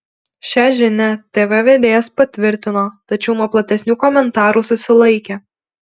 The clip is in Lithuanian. šią žinią tv vedėjas patvirtino tačiau nuo platesnių komentarų susilaikė